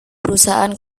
perusahaan